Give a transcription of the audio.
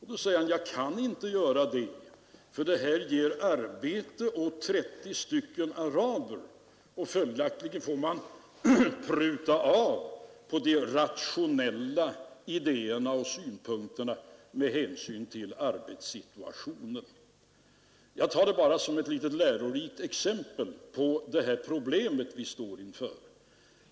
Han svarade då: Jag kan inte göra det för det här ger arbete åt 30 stycken araber och följaktligen får man pruta av på de rationella idéerna och synpunkterna med hänsyn till arbetssituationen. Jag tar detta bara som ett litet lärorikt exempel på det problem vi står inför.